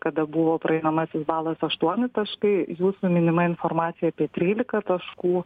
kada buvo praeinamasis balas aštuoni taškai jūsų minima informacija apie trylika taškų